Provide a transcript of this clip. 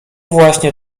właśnie